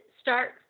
start